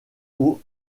aux